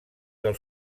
del